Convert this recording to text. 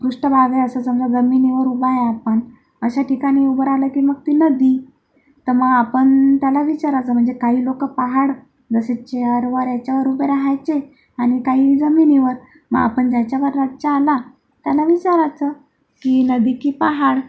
पृष्ठभाग आहे असं समजा जमिनीवर उभं आहे आपण अशा ठिकाणी उभं राहिलं की मग ती नदी तर मग आपण त्याला विचारायचं म्हणजे काही लोकं पहाड जसे चेअरवर याच्यावर उभं राहायचे आणि काही जमिनीवर मग आपण ज्याच्यावर राज्य आला त्याला विचारायचं की नदी की पहाड